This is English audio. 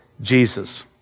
Jesus